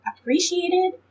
appreciated